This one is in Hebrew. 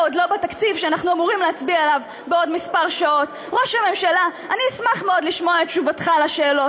אנחנו לא נצביע עד שלא נראה שקל לשקל,